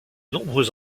nombreux